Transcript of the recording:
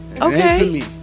okay